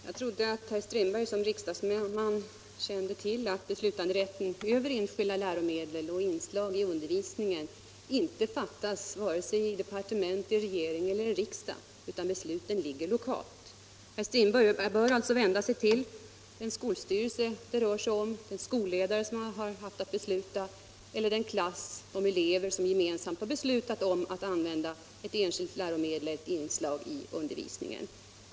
Herr talman! Jag trodde att herr Strindberg som riksdagsman kände till att beslut över enskilda läromedel och olika inslag i undervisningen inte fattas vare sig i departement, regering eller riksdag utan lokalt. Herr Strindberg bör alltså vända sig till den skolstyrelse det rör sig om, den skolledare som har beslutat eller de elever som gemensamt har beslutat att använda ett enskilt läromedel som inslag i undervisningen.